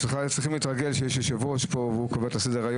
צריך להתרגל שיש כאן יושב-ראש והוא קובע את הסדר.